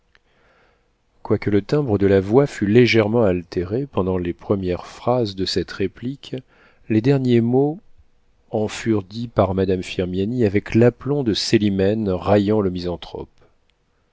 quoique le timbre de la voix fût légèrement altéré pendant les premières phrases de cette réplique les derniers mots en furent dits par madame firmiani avec l'aplomb de célimène raillant le misanthrope